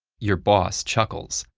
your boss chuckles.